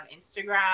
Instagram